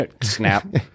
Snap